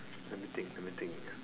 let me think let me think